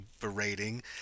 berating